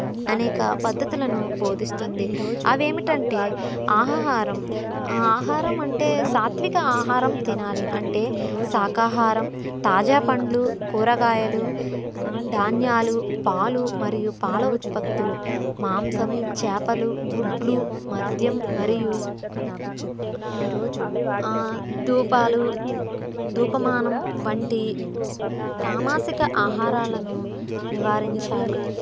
అనేక పద్ధతులను బోధిస్తుంది అవి ఏమిటంటే ఆహారం ఆహారం అంటే సాత్విక ఆహారం తినాలి అంటే శాఖాహారం తాజా పండ్లు కూరగాయలు ధాన్యాలు పాలు మరియు పాల ఉత్పత్తులు మాంసం చేపలు గుడ్లు మద్యం మరియు ధూపాలు ధూమపానం వంటి తామాసిక ఆహారాలను నివారించాలి